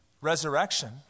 resurrection